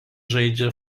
žaidžia